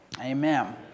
Amen